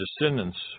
descendants